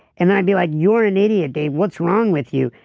and then i'd be like you're an idiot dave, what's wrong with you.